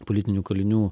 politinių kalinių